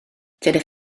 dydych